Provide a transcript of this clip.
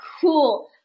cool